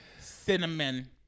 cinnamon